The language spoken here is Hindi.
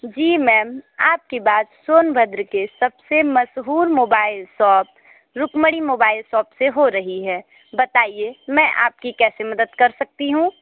जी मैम आपकी बात सोनभद्र के सबसे मशहूर mobile shop Rukmani mobile shop से हो रही है बताइए मैं आपकी कैसे मदद कर सकती हूँ